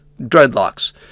dreadlocks